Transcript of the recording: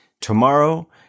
tomorrow